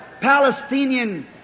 Palestinian